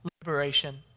liberation